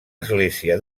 església